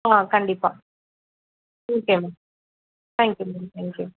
ஆ கண்டிப்பாக okay ma'am thank you ma'am thank you